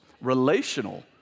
relational